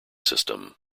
system